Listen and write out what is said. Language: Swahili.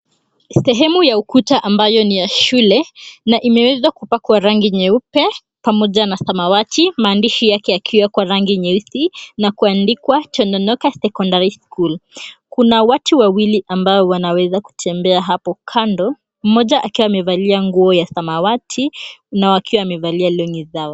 Sehemu ya ukuta ambayo ni ya shule imewezwa kupakwa rangi nyeupe na samawati, maandishi yake yakiwa kwa rangi nyeusi na kuandikwa "Tononoka Secondary School". Kuna watu wawili wanaoweza kutembea kando, mmoja akiwa amevalia nguo ya samawati, kunao akiwa wamevalia longi zao.